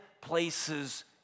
places